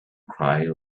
cried